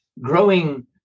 growing